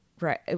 Right